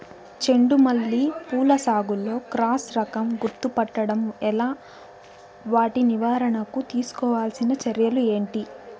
చెండు మల్లి పూల సాగులో క్రాస్ రకం గుర్తుపట్టడం ఎలా? వాటి నివారణకు తీసుకోవాల్సిన చర్యలు ఏంటి?